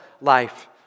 life